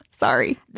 sorry